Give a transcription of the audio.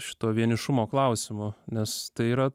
šito vienišumo klausimo nes tai yra